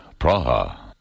Praha. (